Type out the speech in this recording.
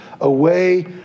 away